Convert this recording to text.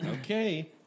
Okay